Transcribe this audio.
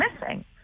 missing